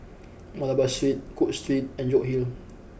Malabar Street Cook Street and York Hill